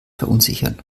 verunsichern